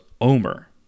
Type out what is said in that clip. Omer